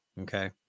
Okay